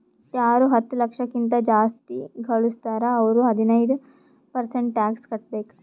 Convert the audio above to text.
ಯಾರು ಹತ್ತ ಲಕ್ಷ ಕಿಂತಾ ಜಾಸ್ತಿ ಘಳುಸ್ತಾರ್ ಅವ್ರು ಹದಿನೈದ್ ಪರ್ಸೆಂಟ್ ಟ್ಯಾಕ್ಸ್ ಕಟ್ಟಬೇಕ್